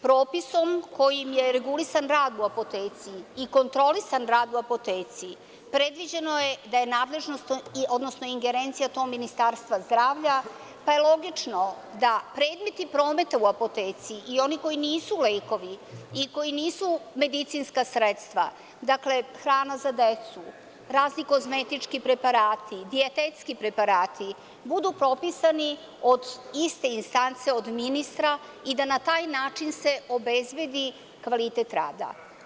Propisom kojim je regulisan rad u apoteci i kontrolisan rad u apoteci predviđeno je da je nadležnost, odnosno ingerencija tome Ministarstva zdravlja pa logično da predmeti prometa u apoteci i oni koji nisu lekovi i koji nisu medicinska sredstva, dakle hrana za decu, razni kozmetički preparati, dijetetski preparati budu popisani od iste istance, od ministra, i da na taj način se obezbedi kvalitet rada.